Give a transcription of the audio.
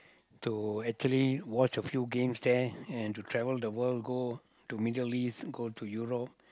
to actually watch a few games there and to travel the world go to Middle-East go to Europe